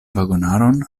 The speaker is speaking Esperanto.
vagonaron